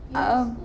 uh um